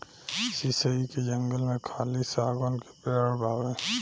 शीशइ के जंगल में खाली शागवान के पेड़ बावे